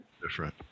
different